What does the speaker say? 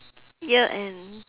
year end